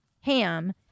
ham